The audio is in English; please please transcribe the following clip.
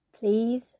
Please